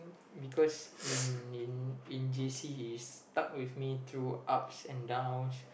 because in in j_c he's stuck with me through ups and downs